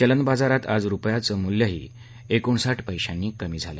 चलनबाजारातही आज रुपयाचं मूल्य एकोणसाठ पैशांनी कमी झालं